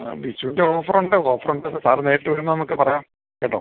ആ വിഷൂൻ്റെ ഓഫറുണ്ട് ഓഫറുണ്ടത് സാറ് നേരിട്ട് വരുമ്പോൾ നമുക്ക് പറയാം കേട്ടോ